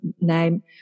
name